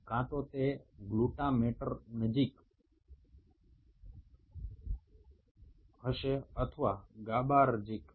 এরা হয় গ্লুটামেটার্জিক অথবা গাবার্জিক হয়